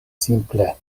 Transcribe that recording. simple